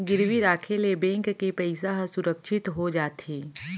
गिरवी राखे ले बेंक के पइसा ह सुरक्छित हो जाथे